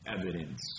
evidence